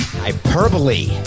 Hyperbole